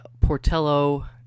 Portello